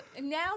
now